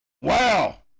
Wow